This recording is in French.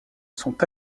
sont